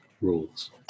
rules